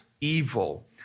evil